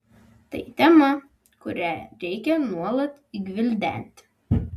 tai tema kurią reikia nuolat gvildenti